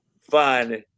fun